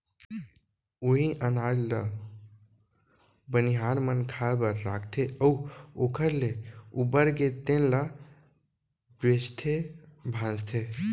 उहीं अनाज ल बनिहार मन खाए बर राखथे अउ ओखर ले उबरगे तेन ल बेचथे भांजथे